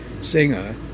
singer